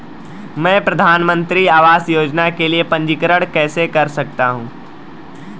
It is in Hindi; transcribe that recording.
मैं प्रधानमंत्री आवास योजना के लिए पंजीकरण कैसे कर सकता हूं?